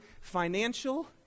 financial